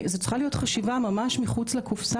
זו צריכה להיות ממש חשיבה מחוץ לקופסה,